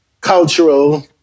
cultural